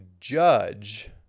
judge